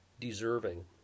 deserving